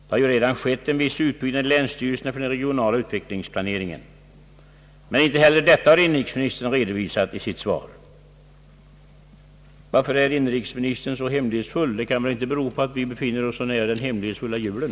Det har ju skett en viss utbyggnad i länsstyrelserna för den regionala utvecklingsplaneringen. Men inte heller detta har inrikesministern redovisat i sitt svar. Varför är inrikesministern så hemlighetsfull? Det kan väl inte bero på att vi befinner oss så nära den hemlighetsfulla julen?